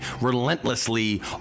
relentlessly